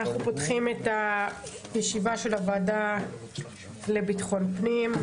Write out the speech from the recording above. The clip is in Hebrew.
אנחנו פותחים את ישיבת הוועדה לביטחון פנים.